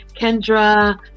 Kendra